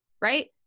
right